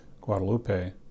Guadalupe